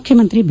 ಮುಖ್ಯಮಂತ್ರಿ ಬಿ